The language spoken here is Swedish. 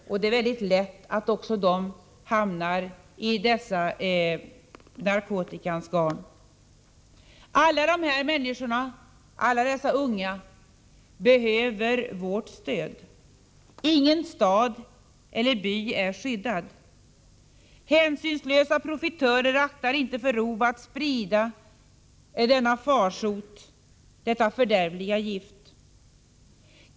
Även dessa grupper fastnar väldigt lätt i narkotikans garn. Alla dessa människor, alla dessa unga behöver vårt stöd. Ingen stad eller by är skyddad. Hänsynslösa profitörer aktar inte för rov att sprida denna farsot, detta fördärvliga gift.